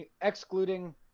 excluding